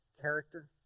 character